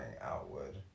outward